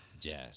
Jazz